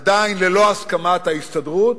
עדיין ללא הסכמת ההסתדרות.